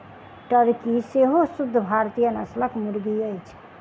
Turkey सेहो शुद्ध भारतीय नस्लक मुर्गी अछि